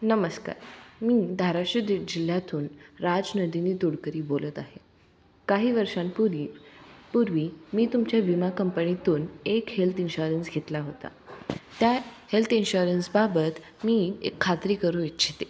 नमस्कार मी धाराशिव दि जिल्ह्यातून राजनंदिनी तोडकरी बोलत आहे काही वर्षांपूरी पूर्वी मी तुमच्या विमा कंपणीतून एक हेल्त इन्श्योरन्स घेतला होता त्या हेल्त इन्श्योरन्सबाबत मी एक खात्री करू इच्छिते